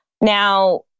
Now